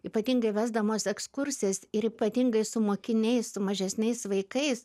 ypatingai vesdamos ekskursijas ir ypatingai su mokiniais su mažesniais vaikais